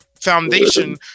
foundation